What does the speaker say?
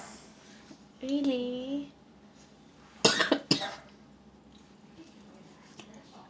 really